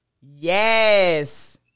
Yes